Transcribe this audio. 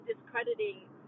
discrediting